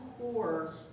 core